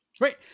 Right